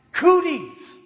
cooties